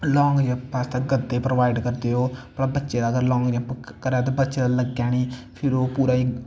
long jump आंस्तै गद्दे provide करदे ओह् भला बच्चेो दा अगर लांग जम्प करै तां बच्चे गी लग्गै नी फिर ओह् पूरा ई